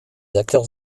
acteurs